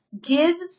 gives